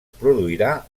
produirà